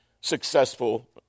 successful